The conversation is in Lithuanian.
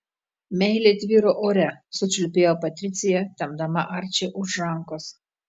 meilė tvyro ore sučiulbėjo patricija tempdama arčį už rankos